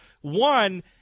One